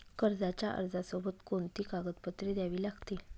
कर्जाच्या अर्जासोबत कोणती कागदपत्रे द्यावी लागतील?